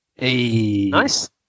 Nice